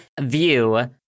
view